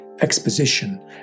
exposition